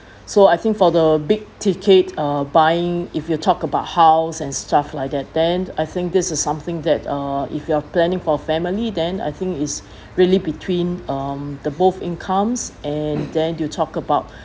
so I think for the big ticket uh buying if you talk about house and stuff like that then I think this is something that uh if you are planning for family then I think is really between um the both incomes and then you talk about